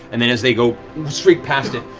and then as they go straight past it,